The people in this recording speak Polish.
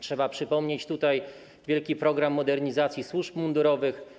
Trzeba przypomnieć wielki program modernizacji służb mundurowych.